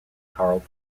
carl